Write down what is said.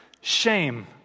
Shame